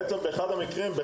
באחד מהמקרים האחרונים שקרו,